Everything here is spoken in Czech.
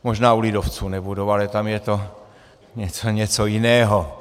Možná u lidovců nebudou, ale tam je to něco jiného.